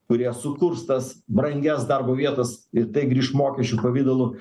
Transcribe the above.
kurie sukurs tas brangias darbo vietas ir tai grįš mokesčių pavidalu